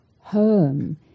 home